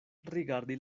rigardi